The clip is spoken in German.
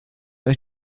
euch